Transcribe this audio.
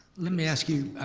let me ask you,